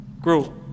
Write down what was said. Grow